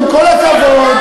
ואתה,